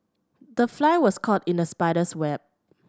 the fly was caught in the spider's web